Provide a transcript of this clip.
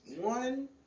one